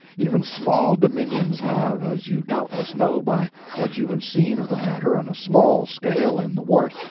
even small dominions have, as you doubtless know by what you have seen of the matter on a small scale in the wart.